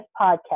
podcast